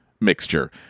mixture